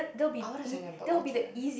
I wanna send them to Orchard